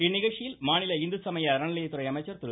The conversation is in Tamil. இந்நிகழ்ச்சியில் மாநில இந்து சமய அறநிலையத்துறை அமைச்சர் திரு